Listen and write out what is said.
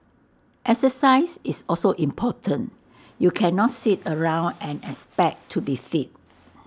exercise is also important you cannot sit around and expect to be fit